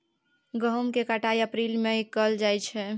गहुम केर कटाई अप्रील मई में कएल जाइ छै